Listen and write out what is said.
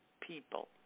people